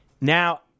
Now